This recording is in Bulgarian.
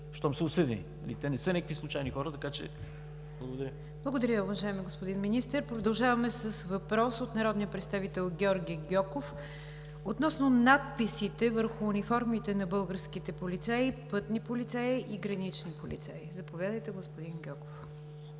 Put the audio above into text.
щом са осъдени. Те не са някакви случайни хора. Благодаря. ПРЕДСЕДАТЕЛ НИГЯР ДЖАФЕР: Благодаря, уважаеми господин Министър. Продължаваме с въпрос от народния представител Георги Гьоков относно надписите върху униформите на българските полицаи, пътни полицаи и гранични полицаи. Заповядайте, господин Гьоков.